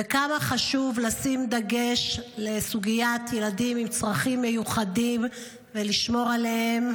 וכמה חשוב לשים דגש לסוגיית הילדים עם צרכים מיוחדים ולשמור עליהם.